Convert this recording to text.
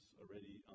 already